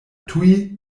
tuj